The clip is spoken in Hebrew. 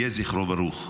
יהיה זכרו ברוך.